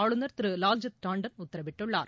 ஆளுநர் திரு லால்ஜித் டாண்டன் உத்தரவிட்டுள்ளார்